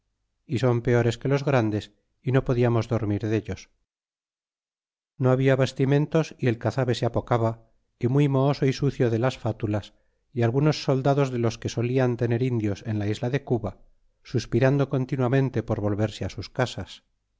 y son peores que los grandes y no podiamos dormir dellos y no habla bastimentos y el cazabe se apocaba y muy mohoso y sucio de las fatulas y algunos soldados de los que solian tener indios en la isla de cuba suspirando continuamente por volverse sus casas